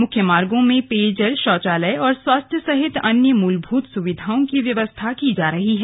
मुख्य मार्गों में पेयजल शौचालय और स्वास्थ्य सहित अन्य मूलभूत सुविधाओं की व्यवस्था की जा रही है